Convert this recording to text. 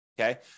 Okay